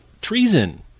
treason